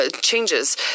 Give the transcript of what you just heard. changes